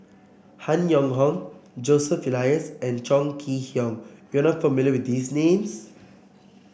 Han Yong Hong Joseph Elias and Chong Kee Hiong you are not familiar with these names